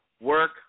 work